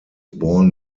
born